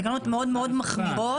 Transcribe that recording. תקנות מאוד מאוד מחמירות.